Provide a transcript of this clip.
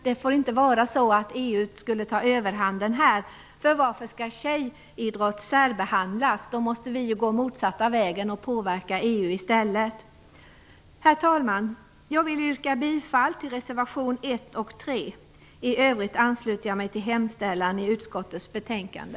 Det får inte vara så att EU tar överhanden här. Varför skall tjejidrott särbehandlas? Vi måste gå motsatta vägen och påverka EU i stället. Herr talman! Jag vill yrka bifall till reservationerna 1 och 3. I övrigt ansluter jag mig till hemställan i utskottets betänkande.